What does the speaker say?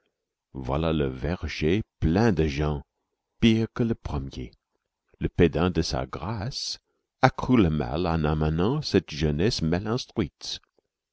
voilà le verger plein de gens pires que le premier le pédant de sa grâce accrut le mal en amenant cette jeunesse mal instruite